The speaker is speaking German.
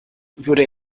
würde